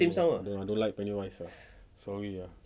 um I don't like penny wise ah sorry ah